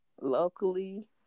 locally